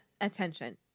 attention